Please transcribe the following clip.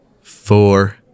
Four